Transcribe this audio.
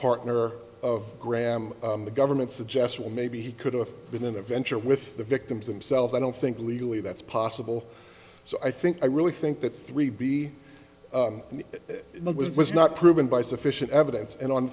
partner of graham the government suggest well maybe he could have been in a venture with the victims themselves i don't think legally that's possible so i think i really think that three b and the was was not proven by sufficient evidence and on